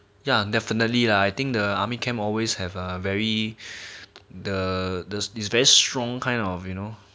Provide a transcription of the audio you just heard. ya definitely lah I think the army camp always have a very the there's this very strong kind of you know